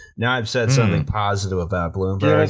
now i've said something positive about bloomberg,